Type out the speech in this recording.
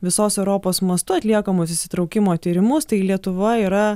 visos europos mastu atliekamus įsitraukimo tyrimus tai lietuvoj yra